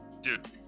Dude